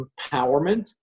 empowerment